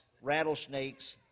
rattlesnakes